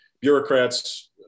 bureaucrats